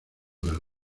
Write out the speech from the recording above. del